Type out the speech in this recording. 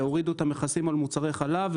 שהורידו את המכסים על מוצרי חלב.